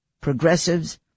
progressives